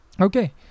okay